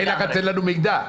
על תאי לחץ אין לנו מידע.